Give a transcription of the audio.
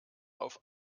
auf